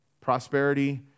Prosperity